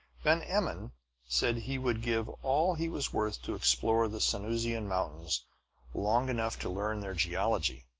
van emmon said he would give all he was worth to explore the sanusian mountains long enough to learn their geology.